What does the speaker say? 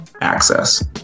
access